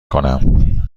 کنم